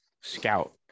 scout